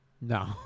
No